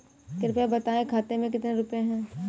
कृपया बताएं खाते में कितने रुपए हैं?